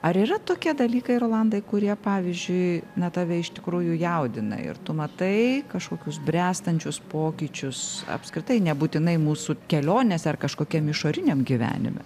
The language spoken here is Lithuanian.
ar yra tokie dalykai rolandai kurie pavyzdžiui na tave iš tikrųjų jaudina ir tu matai kažkokius bręstančius pokyčius apskritai nebūtinai mūsų kelionėse ar kažkokiam išoriniam gyvenime